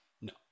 No